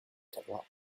trois